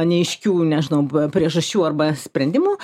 neaiškių nežinau priežasčių arba sprendimų